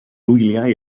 wyliau